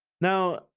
Now